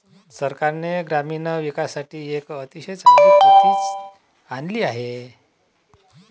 सरकारने ग्रामीण विकासासाठी एक अतिशय चांगली कृती आणली आहे